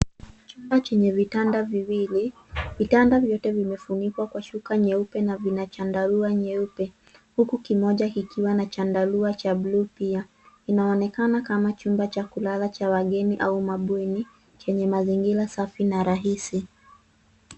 Chumba chenye vitanda viwili. Vitanda vyote vimefunikwa kwa shuka nyeupe na vina chandarua nyeupe ,huku kimoja kikiwa na chandarua cha buluu pia. Inaonekana kama chumba cha kulala cha kulala cha wageni au mabweni chenye mazingira safi na rahisi.